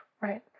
right